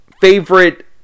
favorite